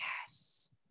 yes